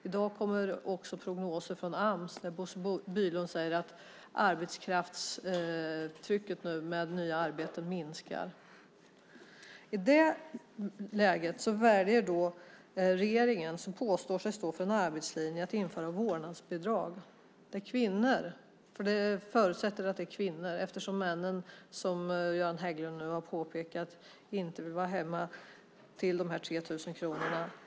I dag kommer också prognoser från Ams där Bosse Bylund säger att antalet nya arbeten nu minskar. I det läget väljer regeringen, som påstår sig stå för arbetslinjen, att införa ett vårdnadsbidrag för kvinnor. För det förutsätts att det är kvinnor som är hemma eftersom männen, som Göran Hägglund har påpekat, inte vill vara hemma för dessa 3 000 kronor.